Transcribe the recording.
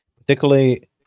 Particularly